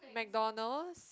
McDonald's